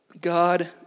God